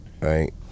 right